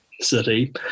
city